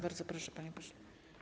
Bardzo proszę, panie pośle.